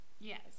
Yes